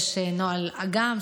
יש נוהל אג"מ,